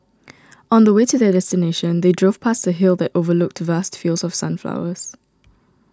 on the way to their destination they drove past a hill that overlooked vast fields of sunflowers